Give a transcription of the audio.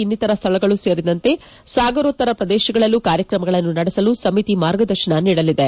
ಇನ್ನಿತರ ಸ್ವಳಗಳೂ ಸೇರಿದಂತೆ ಸಾಗರೋತ್ತರ ಪ್ರದೇಶಗಳಲ್ಲೂ ಕಾರ್ಯಕ್ರಮಗಳನ್ನು ನಡೆಸಲು ಸಮಿತಿ ಮಾರ್ಗದರ್ಶನ ನೀಡಲಿದೆ